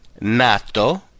nato